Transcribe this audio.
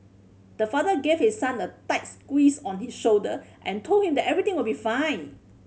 the father gave his son a tight squeeze on his shoulder and told him that everything will be fine